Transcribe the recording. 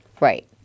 Right